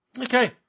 Okay